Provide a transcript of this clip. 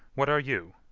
what are you?